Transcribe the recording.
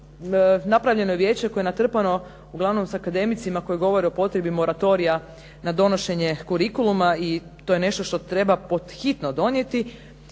napravljeno je vijeće koje je natrpano uglavnom s akademicima koji govore o potrebi moratorija na donošenje curriculuma i to je nešto što treba pod hitno donijeti.